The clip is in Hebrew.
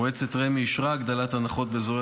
מועצת רמ"י אישרה הגדלת הנחות באזורי